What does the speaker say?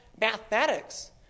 mathematics